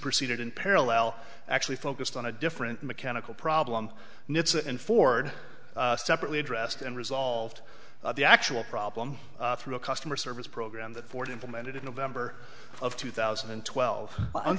superseded in parallel actually focused on a different mechanical problem and ford separately addressed and resolved the actual problem through a customer service program that ford implemented in november of two thousand and twelve